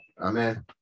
Amen